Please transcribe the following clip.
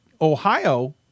Ohio